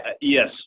yes